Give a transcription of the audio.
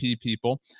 people